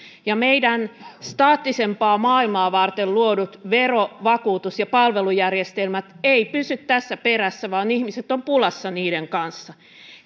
ja meidän staattisempaa maailmaa varten luodut vero vakuutus ja palvelujärjestelmämme eivät pysy perässä vaan ihmiset ovat pulassa niiden kanssa